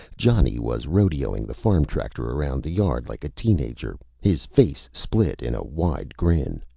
johnny was rodeoing the farm tractor around the yard like a teen-ager, his face split in a wide grin.